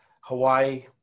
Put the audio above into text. Hawaii